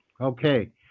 okay